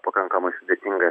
pakankamai sudėtingą